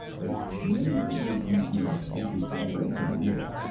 that many of those who even attempted to run away from the war